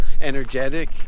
Energetic